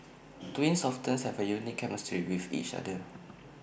twins often have A unique chemistry with each other